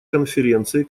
конференции